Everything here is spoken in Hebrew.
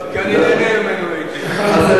כי אני נהנה ממנו לעתים,